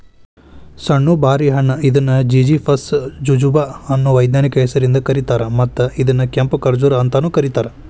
ಸಣ್ಣು ಬಾರಿ ಹಣ್ಣ ಇದನ್ನು ಜಿಝಿಫಸ್ ಜುಜುಬಾ ಅನ್ನೋ ವೈಜ್ಞಾನಿಕ ಹೆಸರಿಂದ ಕರೇತಾರ, ಮತ್ತ ಇದನ್ನ ಕೆಂಪು ಖಜೂರ್ ಅಂತಾನೂ ಕರೇತಾರ